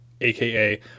AKA